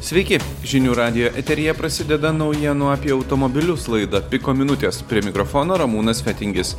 sveiki žinių radijo eteryje prasideda naujienų apie automobilius laida piko minutės prie mikrofono ramūnas fetingis